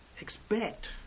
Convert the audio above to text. expect